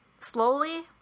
slowly